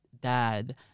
dad